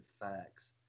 facts